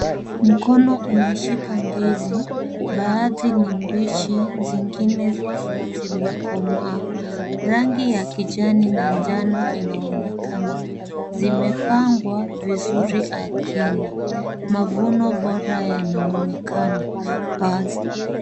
Mkono umeshika ndizi, baadhi ni mbichi zingine zimekomaa, rangi ya kijani na njano inaonekana zimepangwa vizuri ardhini. Mavuno bora yanaonekana wazi.